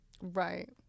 Right